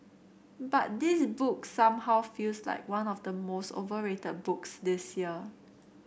but this book somehow feels like one of the most overrated books this year